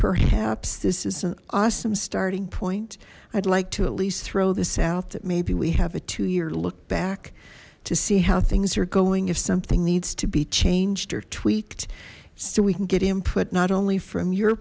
perhaps this is an awesome starting point i'd like to at least throw this out that maybe we have a two year look back to see how things are going if something needs to be changed or tweaked so we can get input not only from your